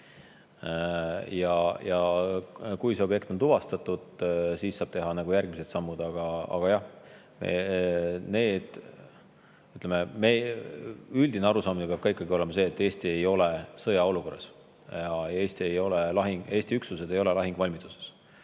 Ja kui objekt on tuvastatud, siis saab teha järgmised sammud. Aga jah, ütleme, üldine arusaam peab ikkagi olema see, et Eesti ei ole sõjaolukorras ja Eesti üksused ei ole lahinguvalmiduses.